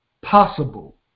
possible